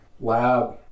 lab